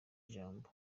ijambo